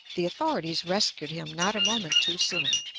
the authorities rescued him not a moment too soon.